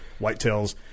whitetails